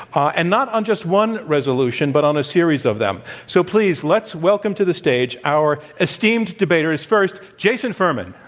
and not on just one resolution, but on a series of them. so, please, let's welcome to the stage our esteemed debaters. first, jason furman.